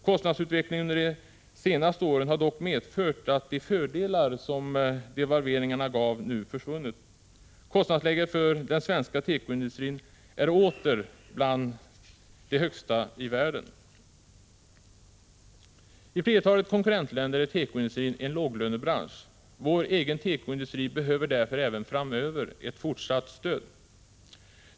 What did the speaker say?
Kostnadsutvecklingen unde de senaste åren har dock medfört att de fördelar som devalveringarna gav nu har försvunnit. Kostnadsläget för den svenska tekoindustrin är åter ett av de högsta i världen. I flertalet konkurrentländer är tekoindustrin en låglönebransch. Vår egen tekoindustri behöver därför även framöver fortsatt stöd.